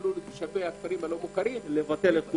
שהתקבלו לתושבי הכפרים הלא מוכרים, לבטל.